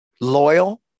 loyal